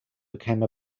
became